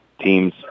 Team's